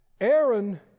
Aaron